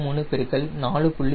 23 பெருக்கல் 4